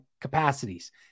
capacities